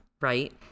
right